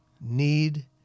need